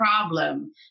problem